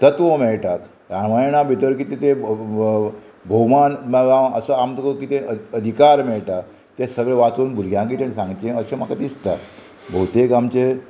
तत्व मेळटात रामायणा भितर कितें ते भोवमान वा जांव असो आमकां कितें अध् अधिकार मेळटा ते सगळें वाचून भुरग्यांक कितें सांगचे अशें म्हाका दिसता भोवतेक आमचे